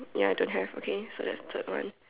ya I don't have okay so thats third one